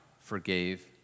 forgave